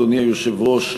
אדוני היושב-ראש,